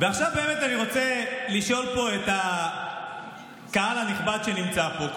ועכשיו באמת אני רוצה לשאול פה את הקהל הנכבד שנמצא פה,